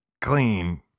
Clean